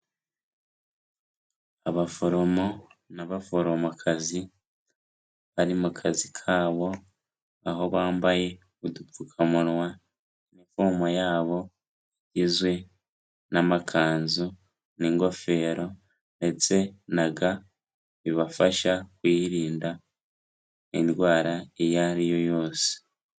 Abaforomo n'abaforomokazi bari mu kazi kabo, aho bambaye udupfukamunwa, inifomo yabo izwi n'amakanzu n'ingofero ndetse na ga, bibafasha kwirinda indwara iyo ari yo yose.